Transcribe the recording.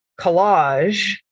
collage